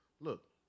Look